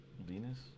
Venus